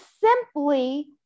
simply